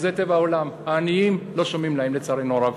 זה טבע העולם, העניים, לא שומעים להם, לצערנו הרב.